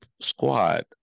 squad